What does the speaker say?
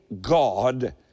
God